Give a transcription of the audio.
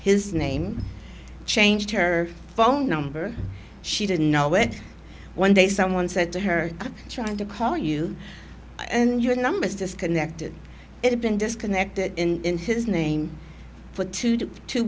his name changed her phone number she didn't know which one day someone said to her trying to call you and your numbers disconnected it been disconnected in his name for two t